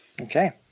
okay